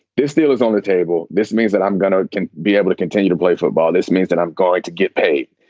this deal is on the table. this means that i'm going to be be able to continue to play football this means that i'm going to get paid.